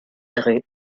rue